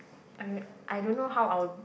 I I don't know how I will